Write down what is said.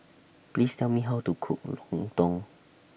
Please Tell Me How to Cook Lontong